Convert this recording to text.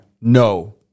No